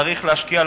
צריך להשקיע,